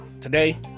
today